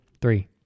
Three